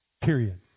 period